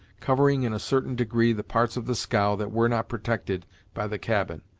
covering in a certain degree the parts of the scow that were not protected by the cabin.